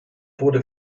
wurde